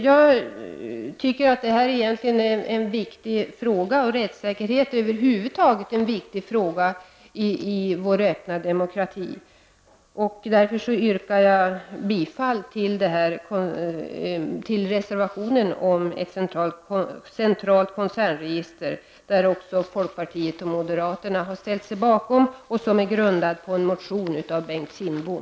Jag tycker att rättssäkerhet över huvud taget är en viktig fråga i vår öppna demokrati. Därför yrkar jag när det gäller ett centralt koncernregister bifall till reservationen, som också folkpartiet och moderaterna har ställt sig bakom och som är grundad på en motion av Bengt Kindbom.